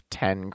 ten